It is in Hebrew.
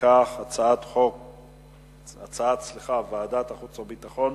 הצעת ועדת החוץ והביטחון